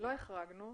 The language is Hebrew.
לא החרגנו.